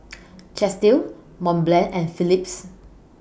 Chesdale Mont Blanc and Phillips